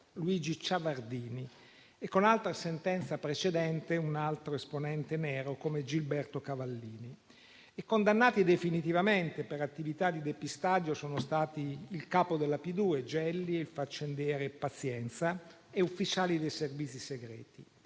Luigi Ciavardini e, con altra sentenza precedente, un altro esponente nero come Gilberto Cavallini. Condannati definitivamente per attività di depistaggio sono stati il capo della P2 Gelli, il faccendiere Pazienza e ufficiali dei servizi segreti.